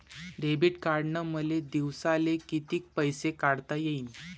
Debit कार्डनं मले दिवसाले कितीक पैसे काढता येईन?